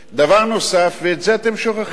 דבר נוסף, ואת זה אתם שוכחים,